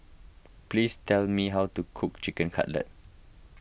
please tell me how to cook Chicken Cutlet